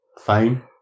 fine